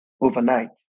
overnight